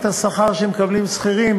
אתה מסכים לפגיעה ברכוש יהודי?